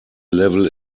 level